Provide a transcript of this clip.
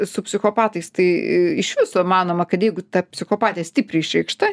su psichopatais tai iš viso manoma kad jeigu ta psichopatija stipriai išreikšta